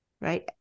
right